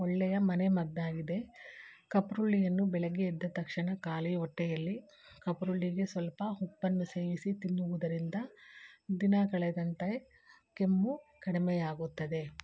ಒಳ್ಳೆಯ ಮನೆ ಮದ್ದಾಗಿದೆ ಕಪ್ರುಳ್ಳಿಯನ್ನು ಬೆಳಗ್ಗೆ ಎದ್ದ ತಕ್ಷಣ ಖಾಲಿ ಹೊಟ್ಟೆಯಲ್ಲಿ ಕಪ್ರುಳ್ಳಿಗೆ ಸ್ವಲ್ಪ ಉಪ್ಪನ್ನು ಸೇವಿಸಿ ತಿನ್ನುವುದರಿಂದ ದಿನ ಕಳೆದಂತೆ ಕೆಮ್ಮು ಕಡಿಮೆಯಾಗುತ್ತದೆ